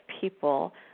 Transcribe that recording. people